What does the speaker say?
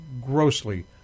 grossly